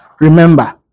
Remember